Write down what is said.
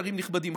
שרים נכבדים,